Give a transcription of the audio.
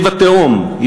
אחיו התאום,